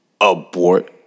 abort